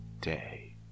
day